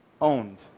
owned